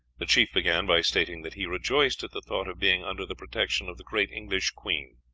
the chief began by stating that he rejoiced at the thought of being under the protection of the great english queen.